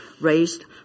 raised